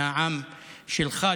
מהעם שלך,